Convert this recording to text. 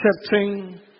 accepting